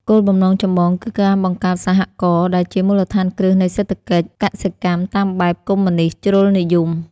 គោលបំណងចម្បងគឺការបង្កើត "សហករណ៍" ដែលជាមូលដ្ឋានគ្រឹះនៃសេដ្ឋកិច្ចកសិកម្មតាមបែបកុម្មុយនីស្តជ្រុលនិយម។